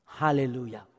Hallelujah